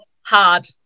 hard